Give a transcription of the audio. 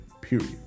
period